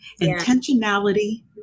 intentionality